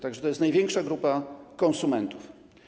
Tak że to jest największa grupa konsumentów.